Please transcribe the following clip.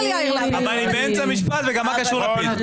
אבל היא באמצע משפט ומה קשור יאיר לפיד?